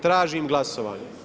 Tražim glasovanje.